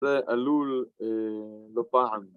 זה אלול לא פעם